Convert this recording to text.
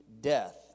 death